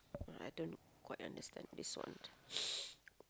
I don't quite understand this one